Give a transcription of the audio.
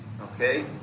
Okay